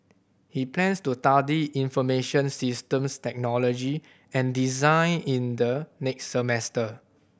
he plans to study information systems technology and design in the next semester